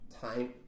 Time